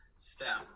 step